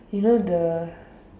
you know the